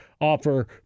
offer